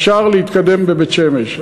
אפשר להתקדם בבית-שמש.